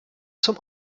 zum